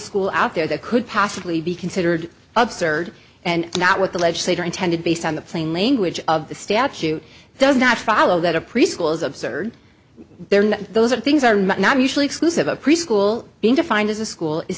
school out there that could possibly be considered absurd and not what the legislature intended based on the plain language of the statute does not follow that a preschool is absurd those are things are not mutually exclusive a preschool being defined as a school is